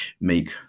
make